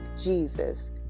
Jesus